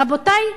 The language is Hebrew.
רבותי,